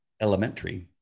elementary